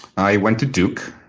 i went to duke.